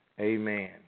amen